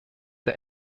der